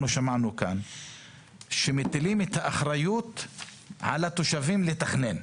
אנחנו שמענו כאן שמטילים את האחריות על התושבים לתכנן.